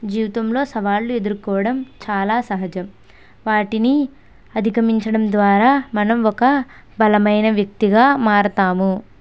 జీవితంలో సవాళ్లు ఎదుర్కోవడం చాలా సహజం వాటిని అధిగమించడం ద్వారా మనం ఒక బలమైన వ్యక్తిగా మారతాము